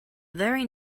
very